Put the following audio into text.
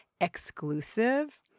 exclusive